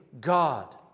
God